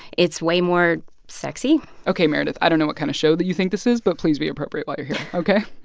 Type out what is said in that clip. it's way more sexy ok, meredith, i don't know what kind of show that you think this is. but please be appropriate while you're here, ok?